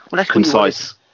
concise